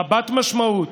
רבת משמעות,